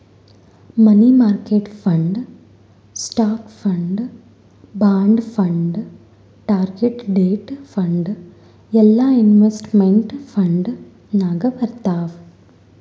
money market fund, stock fund, bond fund, target date fund ಎಲ್ಲಾ investment fund ನಾಗ್ ಬರ್ತಾವ್